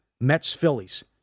Mets-Phillies